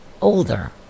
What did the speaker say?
older